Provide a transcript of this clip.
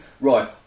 right